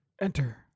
enter